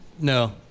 No